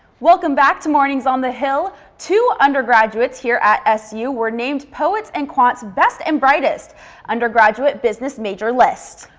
welcome back to mornings on the hill two undergraduates here at s u were named to poets and quants best and brightest undergraduate business majors list.